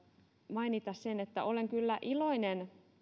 mainita sen että olen kyllä iloinen